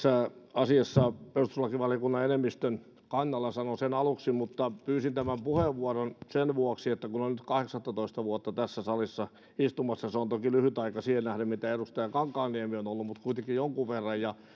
asiassa perustuslakivaliokunnan enemmistön kannalla sanon sen aluksi mutta pyysin tämän puheenvuoron sen vuoksi että kun olen nyt kahdeksaatoista vuotta tässä salissa istumassa se on toki lyhyt aika siihen nähden mitä edustaja kankaanniemi on ollut mutta kuitenkin jonkun verran ja